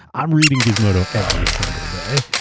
i'm reading gizmodo every single day.